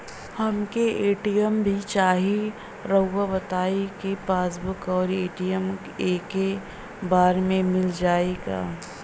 हमके ए.टी.एम भी चाही राउर बताई का पासबुक और ए.टी.एम एके बार में मील जाई का?